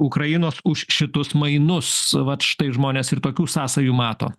ukrainos už šitus mainus vat štai žmonės ir tokių sąsajų mato